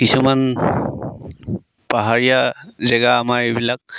কিছুমান পাহাৰীয়া জেগা আমাৰ এইবিলাক